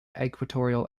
equatorial